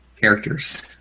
characters